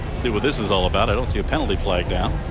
see what this is all about. i don't see a penalty flag down.